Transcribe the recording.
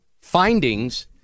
findings